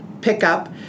pickup